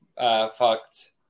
fucked